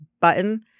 button